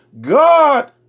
God